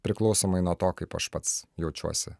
priklausomai nuo to kaip aš pats jaučiuosi